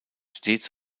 stets